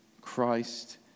Christ